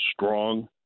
strong